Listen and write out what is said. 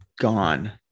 gone